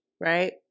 right